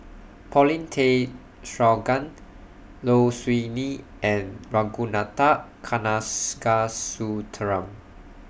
Paulin Tay Straughan Low Siew Nghee and Ragunathar Kanagasuntheram